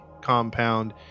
compound